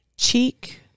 cheek